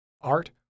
Art